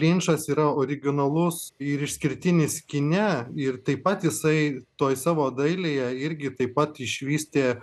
linčas yra originalus ir išskirtinis kine ir taip pat jisai toj savo dailėje irgi taip pat išvystė